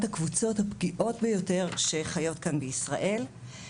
הקבוצות הפגיעות ביותר שחיות כאן בישראל.